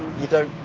you don't